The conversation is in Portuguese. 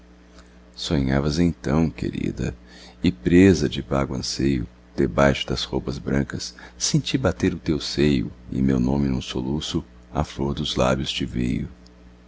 rosto sonhavas então querida e presa de vago anseio debaixo das roupas brancas senti bater o teu seio e meu nome num soluço à flor dos lábios te veio